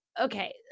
Okay